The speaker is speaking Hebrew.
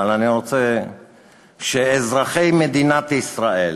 אבל אני רוצה שאזרחי מדינת ישראל